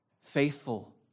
faithful